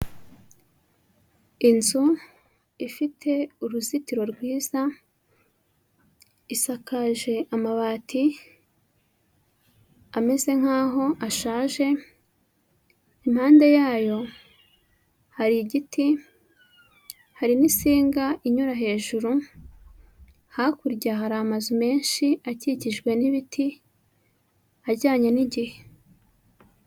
Inzu ifite uruzitiro rwiza isakaje amabati ameze nkaho ashaje, impande yayo hari igiti, hari n'isinga inyura hejuru hakurya hari amazu menshi akikijwe n'ibiti, ajyanye n'igihe.